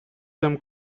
some